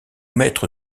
mettre